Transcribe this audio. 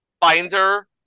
Finder